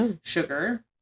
sugar